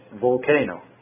volcano